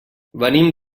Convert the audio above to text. venim